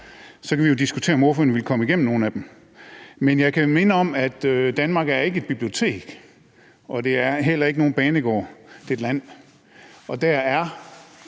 Så kan vi jo diskutere, om ordføreren ville komme igennem nogen af dem. Men jeg kan minde om, at Danmark ikke er et bibliotek, og det er heller ikke nogen banegård. Det er et land. Og der er